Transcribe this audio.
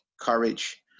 courage